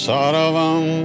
Saravam